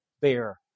bear